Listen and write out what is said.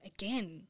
again